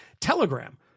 Telegram